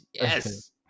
yes